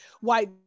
white